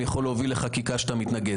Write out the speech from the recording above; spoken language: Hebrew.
נתת לכל האחרים לדבר על הלהט"בים ולתקוף אותנו.